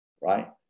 right